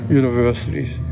universities